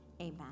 Amen